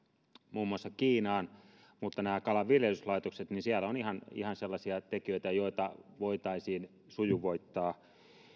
muun muassa kiinaan mutta näissä kalanviljelyslaitoksissa on ihan ihan sellaisia tekijöitä joita voitaisiin sujuvoittaa